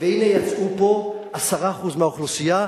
והנה יצאו פה 10% מהאוכלוסייה,